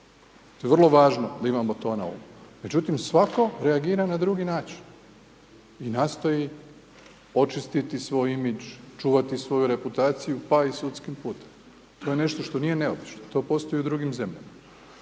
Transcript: To je vrlo važno da imamo to na umu. Međutim svatko reagira na drugi način. I nastoji očistiti svoj imidž, čuvati svoju reputaciju pa i sudskim putem, to je nešto što nije neobično. To postoji i u drugim zemljama.